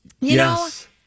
Yes